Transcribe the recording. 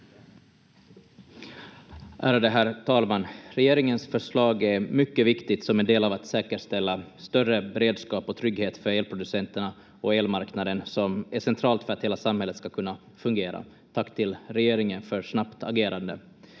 Ärade herr talman! Regeringens förslag är mycket viktigt som en del av att säkerställa större beredskap och trygghet för elproducenterna och elmarknaden, vilket är centralt för att hela samhället ska kunna fungera. Tack till regeringen för snabbt agerande.